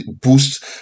boost